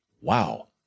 wow